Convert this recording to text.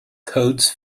codes